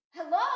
Hello